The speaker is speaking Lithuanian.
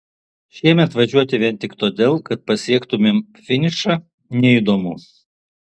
šiemet važiuoti vien tik todėl kad pasiektumėm finišą neįdomu